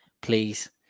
Please